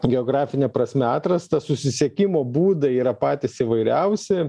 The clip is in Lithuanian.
geografine prasme atrastas susisiekimo būdai yra patys įvairiausi